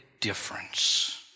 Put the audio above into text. difference